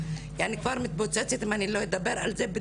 כבר מתפוצצת אם אני לא אדבר על זה.